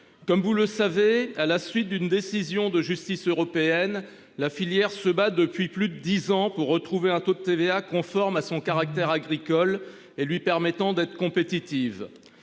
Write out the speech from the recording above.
Comme vous le savez, à la suite d'une décision de justice européenne la filière se bat depuis plus de 10 ans pour retrouver un taux de TVA conforme à son caractère agricole et lui permettant d'être compétitive.